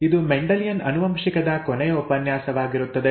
ಇದು ಮೆಂಡೆಲಿಯನ್ ಆನುವಂಶಿಕದ ಕೊನೆಯ ಉಪನ್ಯಾಸವಾಗಿರುತ್ತದೆ